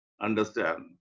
Understand